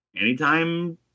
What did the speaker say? anytime